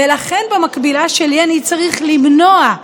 ולכן במקבילה שלי אני צריך למנוע,